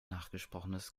nachgesprochenes